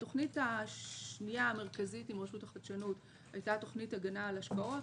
התוכנית השנייה המרכזית עם רשות החדשנות הייתה תוכנית הגנה על השקעות,